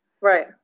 Right